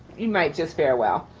you might just fare well.